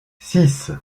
six